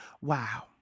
Wow